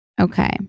Okay